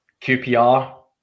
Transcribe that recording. QPR